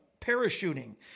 parachuting